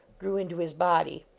grew into his body.